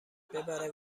ببره